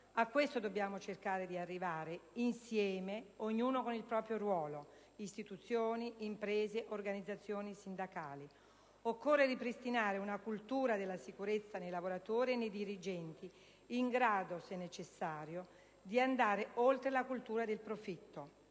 A questo dobbiamo cercare di arrivare, insieme, ognuno con il proprio ruolo: istituzioni, imprese, organizzazioni sindacali. Occorre ripristinare una cultura della sicurezza nei lavoratori e nei dirigenti, in grado, se necessario, di andare oltre la cultura del profitto.